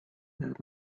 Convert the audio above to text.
that